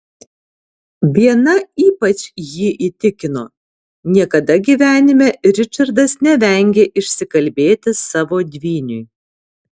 viena ypač jį įtikino niekada gyvenime ričardas nevengė išsikalbėti savo dvyniui